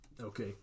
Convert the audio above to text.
Okay